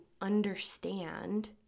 understand